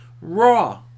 Raw